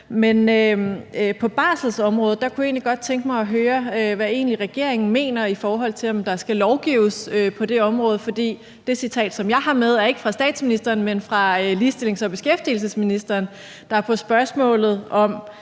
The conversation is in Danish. Men på barselsområdet kunne jeg egentlig godt tænke mig at høre, hvad regeringen egentlig mener, i forhold til om der skal lovgives på det område, for det citat, som jeg har med, er ikke fra statsministeren, men fra ligestillings- og beskæftigelsesministeren, der på spørgsmålet om,